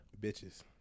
Bitches